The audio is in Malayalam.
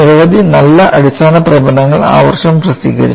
നിരവധി നല്ല അടിസ്ഥാന പ്രബന്ധങ്ങൾ ആ വർഷം പ്രസിദ്ധീകരിച്ചു